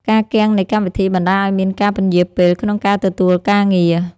ការគាំងនៃកម្មវិធី បណ្ដាលឱ្យមានការពន្យារពេលក្នុងការទទួលការងារ។